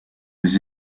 des